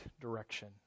direction